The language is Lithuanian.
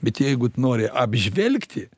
bet jeigu tu nori apžvelgti